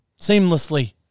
seamlessly